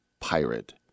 Pirate